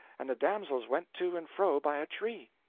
and the damsels went to and fro by a tree.